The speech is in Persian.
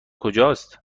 کجاست